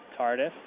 TARDIS